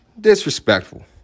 disrespectful